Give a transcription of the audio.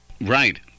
Right